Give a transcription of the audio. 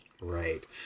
Right